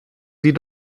sie